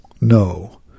No